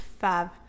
fab